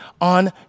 on